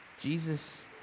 Jesus